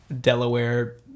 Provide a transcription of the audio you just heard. Delaware